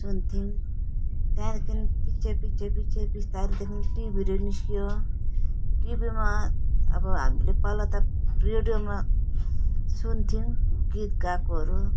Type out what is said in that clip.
सुन्थ्यौँ त्यहाँदेखि पछि पछि पछि बिस्तारी त्यहाँदेखि टिभीहरू निस्कियो टिभीमा अब हामीले पहिला त रेडियोमा सुन्थ्यौँ गीत गाएकोहरू